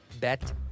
bet